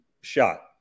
Shot